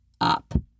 up